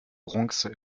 bronze